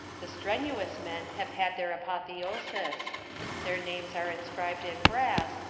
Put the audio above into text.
the strenuous men have had their apotheosis their names are inscribed in brass,